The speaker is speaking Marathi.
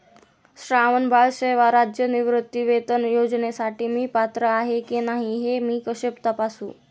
श्रावणबाळ सेवा राज्य निवृत्तीवेतन योजनेसाठी मी पात्र आहे की नाही हे मी कसे तपासू?